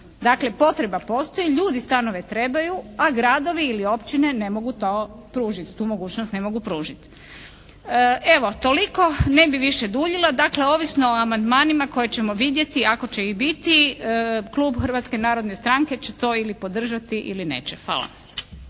Dakle potreba postoji, ljudi stanove trebaju, a gradovi ili općine ne mogu to pružiti, tu mogućnost ne mogu pružiti. Evo toliko. Ne bih više duljila. Dakle ovisno o amandmanima koje ćemo vidjeti i ako će ih biti klub Hrvatske narodne stranke će to ili podržati ili neće. Hvala.